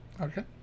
okay